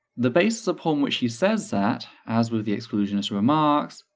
the basis upon which she says that, as with the exclusionist remarks,